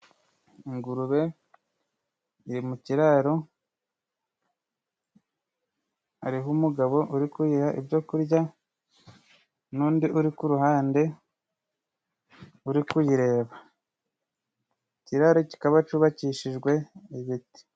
Ingurube iri mu kiraro, hari ho umugabo uri kuyiha ibyo kurya, n'undi uri ku ruhande uri kuyireba. Ikiraro kikaba cubakishijwe igiti.